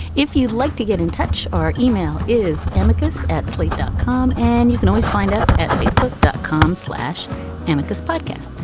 if you'd like to get in touch or email is amicus at slate dot com and you can always find us at facebook dot com slash tamika's podcast.